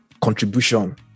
contribution